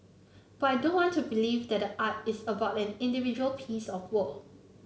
but I don't want to believe that the art is about an individual piece of work